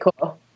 cool